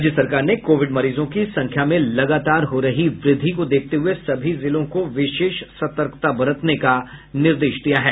राज्य सरकार ने कोविड मरीजों की संख्या में लगातार हो रही वृद्धि को देखते हुए सभी जिलों को विशेष सतर्कता बरतने का निर्देश दिया है